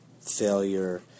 failure